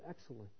excellent